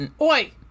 Oi